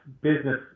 business